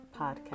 podcast